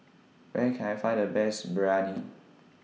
Where Can I Find The Best Biryani